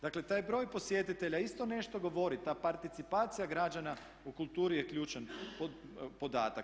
Dakle taj broj posjetitelja isto nešto govori, ta participacija građana u kulturi je ključan podatak.